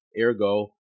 ergo